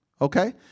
Okay